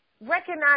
Recognize